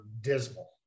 dismal